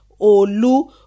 Olu